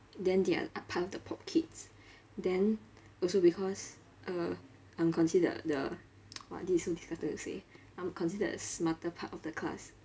then they are part of the pop kids then also because uh I'm considered the !wah! this is so disgusting to say I'm considered the smarter part of the class